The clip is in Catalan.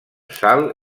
sal